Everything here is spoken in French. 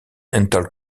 intel